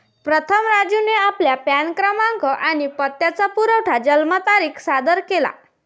प्रथम राजूने आपला पॅन क्रमांक आणि पत्त्याचा पुरावा जन्मतारीख सादर केला